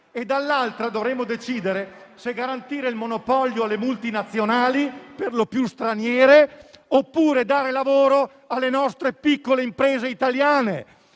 e, dall'altra, se garantire il monopolio delle multinazionali, perlopiù straniere, oppure dare lavoro alle piccole imprese italiane.